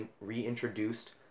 reintroduced